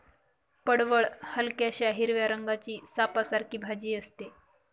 पडवळ हलक्याशा हिरव्या रंगाची सापासारखी भाजी असते